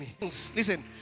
Listen